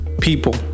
people